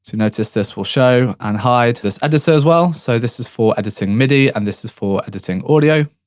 notice this will show and hide this editor as well, so this is for editing midi, and this is for editing audio.